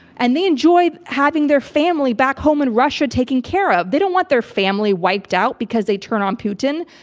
and they enjoy having their family back home in russia taken care of. they don't want their family wiped out because they turn on putin.